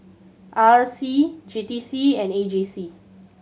R C J T C and A J C